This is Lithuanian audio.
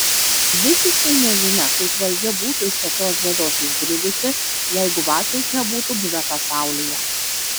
visiškai nežinia kaip valdžia būtų iš tokios bėdos išbridusi jeigu vaciaus nebūtų buvę pasaulyje